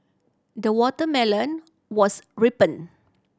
the watermelon was ripened